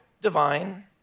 divine